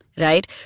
right